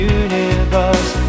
universe